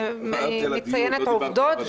אני מציינת עובדות,